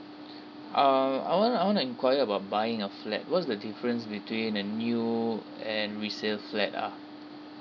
um I wanna I wanna enquire about buying a flat what's the difference between a new room and resale flat ah